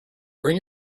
bring